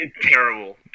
Terrible